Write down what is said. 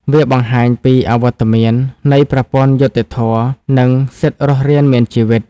វាបង្ហាញពីអវត្តមាននៃប្រព័ន្ធយុត្តិធម៌ និងសិទ្ធិរស់រានមានជីវិត។